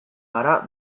gara